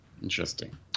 Interesting